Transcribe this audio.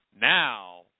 now